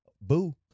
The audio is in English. Boo